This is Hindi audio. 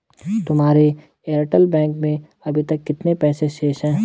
तुम्हारे एयरटेल बैंक में अभी कितने पैसे शेष हैं?